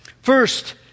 First